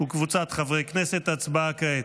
אושרה בקריאה הטרומית ותעבור לוועדת החוקה,